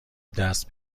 دست